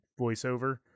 voiceover